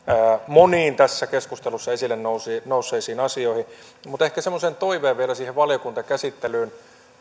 moniin tässä keskustelussa esille nousseisiin asioihin mutta ehkä totean semmoisen toiveen vielä siihen valiokuntakäsittelyyn